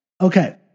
Okay